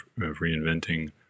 reinventing